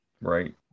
Right